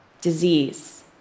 disease